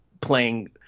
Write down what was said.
playing